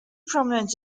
prominent